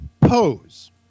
pose